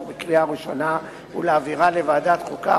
בקריאה ראשונה ולהעבירה לוועדת החוקה,